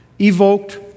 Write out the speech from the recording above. evoked